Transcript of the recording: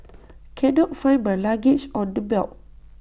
cannot find my luggage on the belt